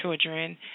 children